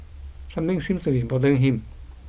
something seems to be bothering him